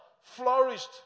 flourished